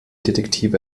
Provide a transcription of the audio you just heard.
detektive